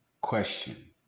question